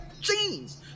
jeans